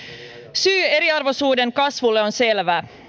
syy eriarvoisuuden kasvulle on selvä